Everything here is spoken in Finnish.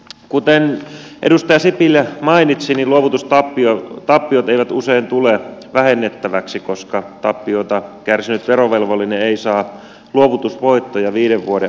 kuten edustaja sipilä mainitsi luovutustappiot eivät usein tule vähennettäviksi koska tappiota kärsinyt verovelvollinen ei saa luovutusvoittoja viiden vuoden aikana